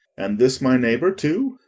and this my neighbour, too?